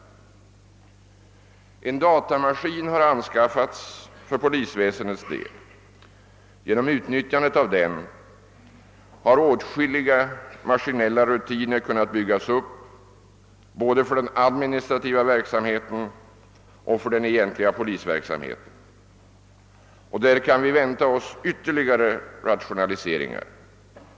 Vidare har en datamaskin anskaffats för användning inom polisväsendet. Genom utnyttjandet av denna har åtskilliga maskinella rutiner kunnat byggas upp både för den administrativa verksamheten och för den egentliga polisverksamheten. Därvidlag kan vi också vänta oss ytterligare rationaliseringar.